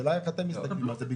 השאלה איך אתם מסתכלים על זה.